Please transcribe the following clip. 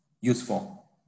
Useful